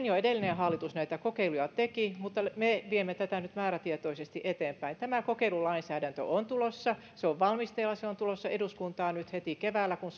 jo edellinen hallitus näitä kokeiluja teki mutta me viemme tätä nyt määrätietoisesti eteenpäin tämä kokeilulainsäädäntö on tulossa se on valmisteilla ja se on tulossa eduskuntaan nyt heti keväällä kun